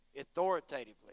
authoritatively